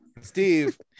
Steve